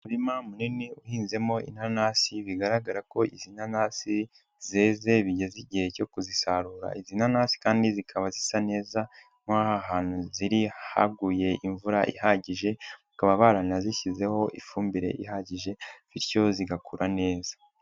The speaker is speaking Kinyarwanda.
Umurima munini uhinzemo inanasi bigaragara ko izi nanasi zeze bigeze igihe cyo kuzisarura, izi nanasi kandi zikaba zisa neza nkaho ahantu ziri haguye imvura ihagije, bakaba baranazishyizeho ifumbire ihagije bityo zigakura neza.